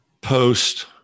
post